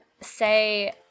say